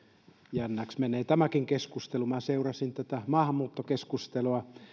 jännäksi menee tämäkin keskustelu minä seurasin maahanmuuttokeskustelua